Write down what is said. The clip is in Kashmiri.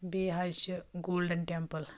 بیٚیہِ حظ چھِ گولڈن ٹٮ۪مپٕل